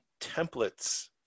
templates